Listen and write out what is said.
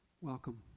Welcome